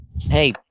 hey